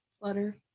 flutter